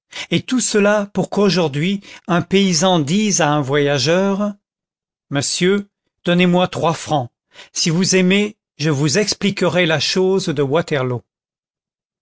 et tout cela pour qu'aujourd'hui un paysan dise à un voyageur monsieur donnez-moi trois francs si vous aimez je vous expliquerai la chose de waterloo